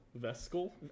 Vesicle